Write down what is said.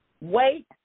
Wait